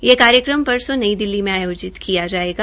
ये कार्यक्रम परसो नई दिल्ली में आयोजित किया जायेगा